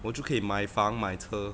我就可以买房买车